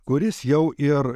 kuris jau ir